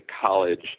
college